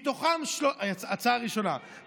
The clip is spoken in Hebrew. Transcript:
הצעה ראשונה,